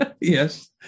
yes